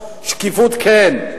שקיפות כן,